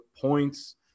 points